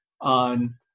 on